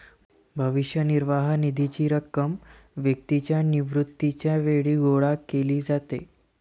भविष्य निर्वाह निधीची रक्कम व्यक्तीच्या निवृत्तीच्या वेळी गोळा केली जाते